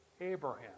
Abraham